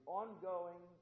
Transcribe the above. ongoing